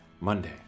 Monday